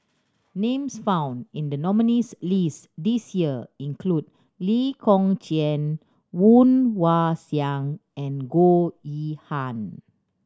names found in the nominees' list this year include Lee Kong Chian Woon Wah Siang and Goh Yihan